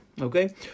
okay